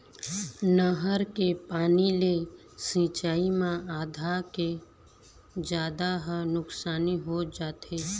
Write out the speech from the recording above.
नहर के पानी ले सिंचई म आधा के जादा ह नुकसानी हो जाथे